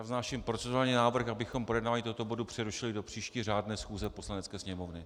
Vznáším procedurální návrh, abychom projednávání tohoto bodu přerušili do příští řádné schůze Poslanecké sněmovny.